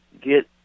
get